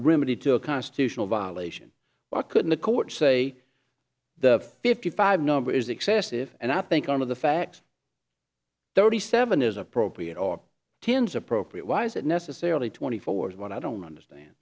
remanded to a constitutional violation why couldn't the court say the fifty five number is excessive and i think on of the facts thirty seven is appropriate or tens appropriate why is it necessarily twenty four hours when i don't understand